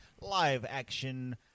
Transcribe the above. live-action